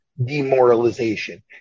Demoralization